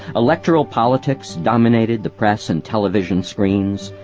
electoral politics dominated the press and television screens,